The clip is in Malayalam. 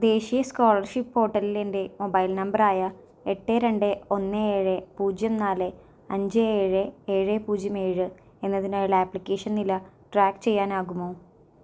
ദേശീയ സ്കോളർഷിപ്പ് പോർട്ടലിൽ എൻ്റെ മൊബൈൽ നമ്പർ ആയ എട്ട് രണ്ട് ഒന്ന് ഏഴ് പൂജ്യം നാല് അഞ്ച് ഏഴ് ഏഴ് പൂജ്യം ഏഴ് എന്നതിനായുള്ള ആപ്ലിക്കേഷൻ നില ട്രാക്ക് ചെയ്യാനാകുമോ